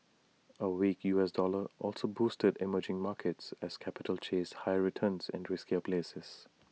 A weak U S dollar also boosted emerging markets as capital chased higher returns in riskier places